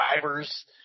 Driver's